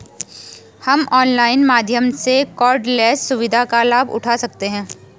हम ऑनलाइन माध्यम से कॉर्डलेस सुविधा का लाभ उठा सकते हैं